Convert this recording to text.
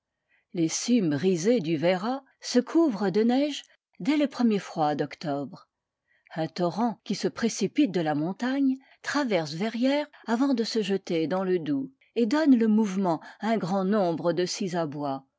les cimes brisées du verra se couvrent de neige dès les premiers froids d'octobre un torrent qui se précipite de la montagne traverse verrières avant de se jeter dans le doubs et donne le mouvement à un grand nombre de scies à bois